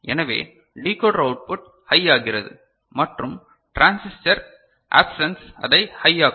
எனவே decoder output ஹையாகிறது மற்றும் டிரான்சிஸ்டர் அப்சென்ஸ் அதை ஹையாக்கும்